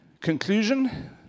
Conclusion